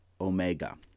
Omega